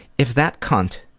if that cunt